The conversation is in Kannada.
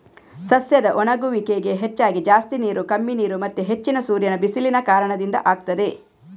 ಸಸ್ಯದ ಒಣಗುವಿಕೆಗೆ ಹೆಚ್ಚಾಗಿ ಜಾಸ್ತಿ ನೀರು, ಕಮ್ಮಿ ನೀರು ಮತ್ತೆ ಹೆಚ್ಚಿನ ಸೂರ್ಯನ ಬಿಸಿಲಿನ ಕಾರಣದಿಂದ ಆಗ್ತದೆ